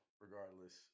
regardless